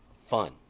fun